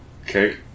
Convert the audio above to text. Okay